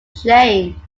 chain